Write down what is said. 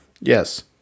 Yes